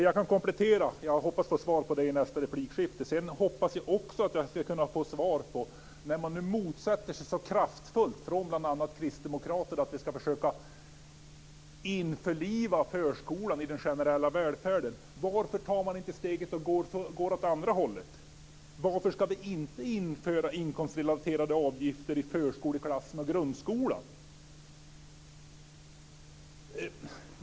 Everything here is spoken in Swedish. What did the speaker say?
Jag kan komplettera detta, och jag hoppas få svar på det i nästa replikskifte. Jag hoppas också att jag kan få svar på en annan fråga. När man nu så kraftfullt från bl.a. kristdemokrater motsätter sig att vi ska försöka införliva förskolan i den generella välfärden - varför tar man inte steget och går åt andra hållet? Varför ska vi inte införa inkomstrelaterade avgifter i förskoleklasserna och grundskolan?